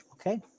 Okay